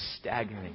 staggering